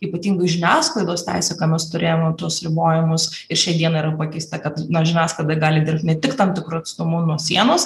ypatingu žiniasklaidos teisių ką mes turėjome tuos ribojimus ir šiai dienai yra pakeista kad žiniasklaida gali dirbt ne tik tam tikru atstumu nuo sienos